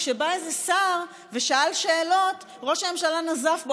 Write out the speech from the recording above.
כשבא איזה שר ושאל שאלות ראש הממשלה נזף בו,